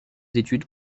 d’étude